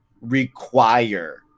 require